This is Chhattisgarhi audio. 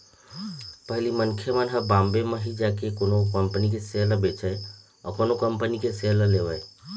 पहिली मनखे मन ह बॉम्बे म ही जाके कोनो कंपनी के सेयर ल बेचय अउ कोनो कंपनी के सेयर ल लेवय